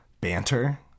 banter